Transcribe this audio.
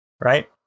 right